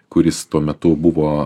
kuris tuo metu buvo